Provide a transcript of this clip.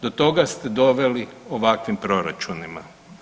Do toga ste doveli ovakvim proračunima.